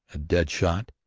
a dead shot,